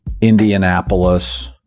Indianapolis